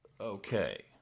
Okay